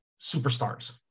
superstars